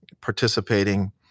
participating